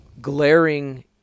glaring